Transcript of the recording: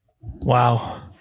Wow